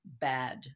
bad